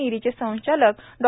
नीरीचे संचालक डॉ